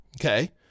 okay